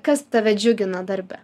kas tave džiugina darbe